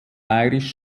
bayerisch